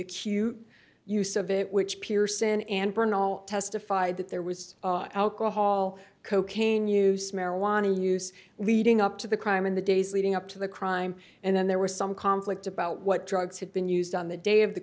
acute use of it which pierson and testified that there was alcohol cocaine use marijuana use leading up to the crime in the days leading up to the crime and then there was some conflict about what drugs had been used on the day of the